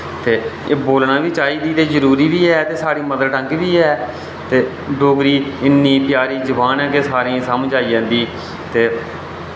ते एह् बोलना चाहिदी ते जरुरी वि है ते साढ़ी मदर टंग बी है ते डोगरी इन्नी प्यारी जबान ऐ के सारें समझ आई जन्दी ते